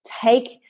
take